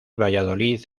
valladolid